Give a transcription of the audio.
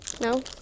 No